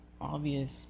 obvious